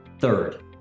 Third